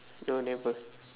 no never